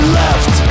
left